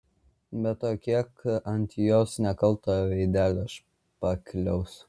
be to kiek ant jos nekalto veidelio špakliaus